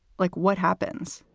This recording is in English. like what happens,